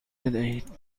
بدهید